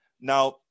Now